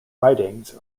ridings